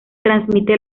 transmite